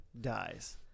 dies